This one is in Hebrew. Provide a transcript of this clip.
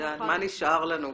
מה נשאר לנו בסוף.